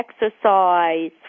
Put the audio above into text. exercise